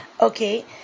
Okay